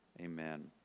Amen